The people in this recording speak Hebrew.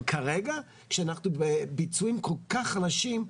אבל כרגע כשאנחנו בביצועים כל כך חלשים,